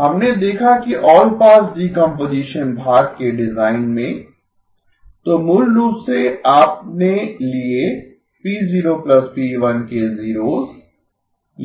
हमने देखा कि ऑलपास डीकम्पोजीशन भाग के डिजाइन में तो मूल रूप से आपने लिए P0P1 के जीरोस